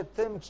tym